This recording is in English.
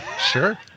Sure